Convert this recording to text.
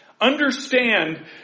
Understand